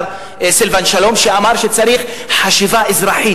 סילבן שלום שאמר שצריך חשיבה אזרחית,